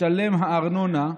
תשתלם הארנונה,